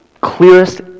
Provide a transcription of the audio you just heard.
clearest